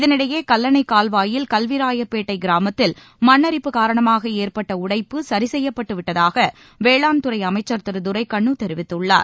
இதனிடையே கல்லணை கால்வாயில் கல்வி ராயப்பேட்டை கிராமத்தில் மண் அரிப்பு காரணமாக ஏற்பட்ட உடைப்பு சரி செய்யப்பட்டு விட்டதாக வேளாண் துறை அமைச்சர் திரு துரைக்கண்ணு தெரிவித்துள்ளார்